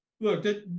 look